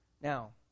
Now